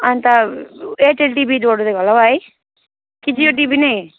अन्त Airtel TV जोडेर होला हो है कि जियो टिभी नै